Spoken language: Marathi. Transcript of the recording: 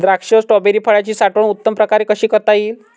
द्राक्ष व स्ट्रॉबेरी फळाची साठवण उत्तम प्रकारे कशी करता येईल?